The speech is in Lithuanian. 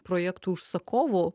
projektų užsakovų